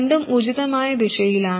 രണ്ടും ഉചിതമായ ദിശയിലാണ്